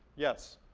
yes,